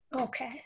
Okay